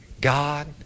God